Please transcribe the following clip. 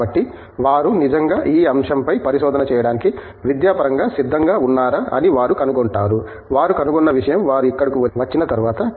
కాబట్టి వారు నిజంగా ఈ అంశంపై పరిశోధన చేయడానికి విద్యాపరంగా సిద్ధంగా ఉన్నారా అని వారు కనుగొంటారు వారు కనుగొన్న విషయం వారు ఇక్కడకు వచ్చిన తర్వాతే